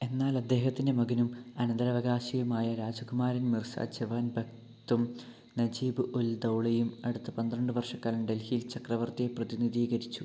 എന്നാൽ അദ്ദേഹത്തിൻ്റെ മകനും അനന്തരാവകാശിയുമായ രാജകുമാരൻ മിർസ ജവാൻ ഭക്തും നജീബ് ഉൽ ദൗളയും അടുത്ത പന്ത്രണ്ട് വർഷക്കാലം ഡൽഹിയിൽ ചക്രവർത്തിയെ പ്രതിനിധീകരിച്ചു